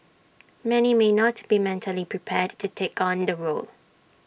many may not be mentally prepared to take on the role